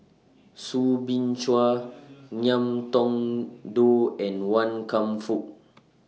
Soo Bin Chua Ngiam Tong Dow and Wan Kam Fook